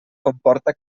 comporta